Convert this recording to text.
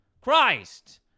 christ